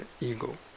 ego